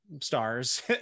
stars